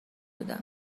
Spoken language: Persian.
بودم